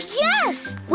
yes